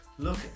Look